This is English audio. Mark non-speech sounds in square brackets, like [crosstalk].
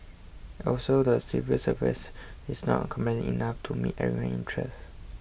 also the civil service is not [unintelligible] enough to meet everyone's interest